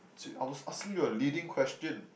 I was asking you a leading question